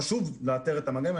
חשוב לאתר את המגעים.